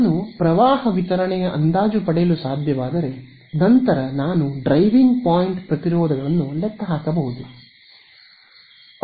ನಾನು ಪ್ರವಾಹ ವಿತರಣೆಯ ಅಂದಾಜು ಪಡೆಯಲು ಸಾಧ್ಯವಾದರೆ ನಂತರ ನಾನು ಈ ಡ್ರೈವಿಂಗ್ ಪಾಯಿಂಟ್ ಪ್ರತಿರೋಧಗಳನ್ನು ಲೆಕ್ಕ ಹಾಕಬಹುದು